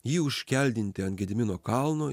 jį užkeldinti ant gedimino kalno